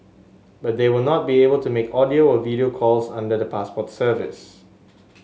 but they will not be able to make audio or video calls under the passport service